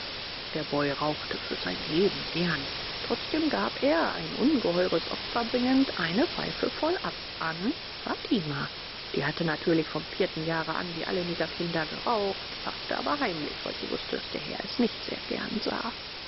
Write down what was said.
der boy rauchte für sein leben gern trotzdem gab er ein ungeheures opfer bringend eine pfeife voll ab an fatima die hatte natürlich vom vierten jahre an wie alle negerkinder geraucht paffte aber heimlich weil sie wußte daß der herr es nicht sehr gern sah